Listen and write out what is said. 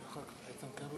בבקשה.